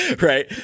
right